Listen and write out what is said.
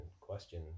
question